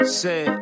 Say